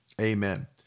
Amen